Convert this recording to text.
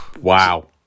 Wow